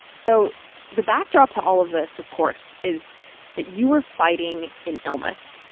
so the backdrop to all of this, of course, is that you were fighting an illness,